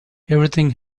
everything